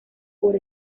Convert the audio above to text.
por